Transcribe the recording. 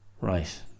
Right